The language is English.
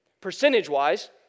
Percentage-wise